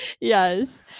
yes